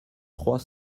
trois